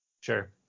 Sure